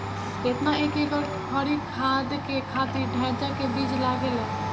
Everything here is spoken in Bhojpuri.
केतना एक एकड़ हरी खाद के खातिर ढैचा के बीज लागेला?